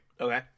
Okay